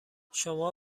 شما